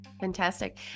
Fantastic